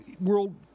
world